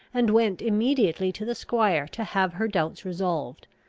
and went immediately to the squire to have her doubts resolved.